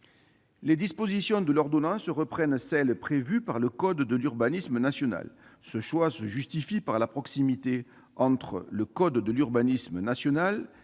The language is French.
Les dispositions de l'ordonnance reprennent celles prévues par le code de l'urbanisme national. Ce choix se justifie par la proximité entre le code de l'urbanisme national et celui de Saint-Martin,